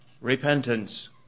repentance